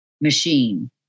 machine